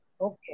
Okay